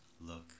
Look